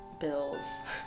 bills